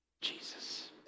Jesus